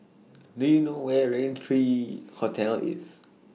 Do YOU know Where IS Raintree Hotel IS